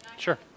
Sure